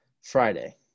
Friday